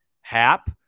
Hap